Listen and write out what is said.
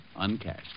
Uncashed